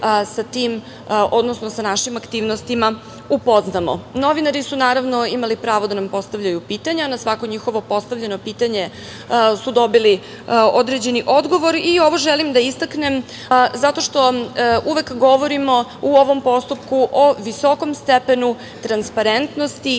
sa tim, odnosno sa našim aktivnostima upoznamo. Novinari su, naravno, imali pravo da nam postavljaju pitanja. Na svako njihovo postavljeno pitanje su dobili određeni odgovor. Ovo želim da istaknem zato što uvek govorimo u ovom postupku o visokom stepenu transparentnosti